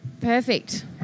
Perfect